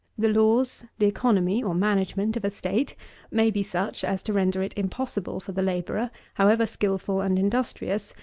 the laws, the economy, or management, of a state may be such as to render it impossible for the labourer, however skilful and industrious,